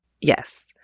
Yes